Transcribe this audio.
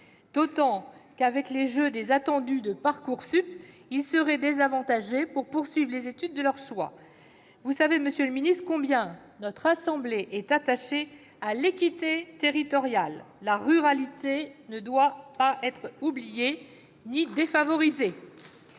d'autant qu'avec le jeu des « attendus » de Parcoursup, ils seront désavantagés pour suivre les études de leur choix. Vous savez, monsieur le ministre, combien notre assemblée est attachée à l'équité territoriale ; la ruralité ne doit pas être oubliée ni défavorisée.